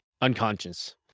unconscious